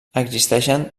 existeixen